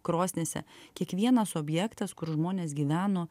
krosnyse kiekvienas objektas kur žmonės gyveno